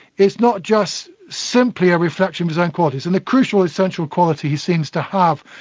it's not just simply a reflection of his own qualities, and the crucial essential quality he seems to have,